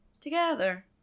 Together